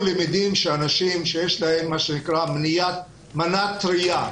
שאנשים שיש להם מה שנקרא מנה טרייה,